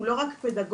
הוא לא רק פדגוגי.